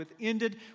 ended